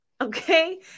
okay